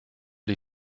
die